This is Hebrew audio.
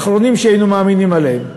האחרונים שהיינו מאמינים עליהם,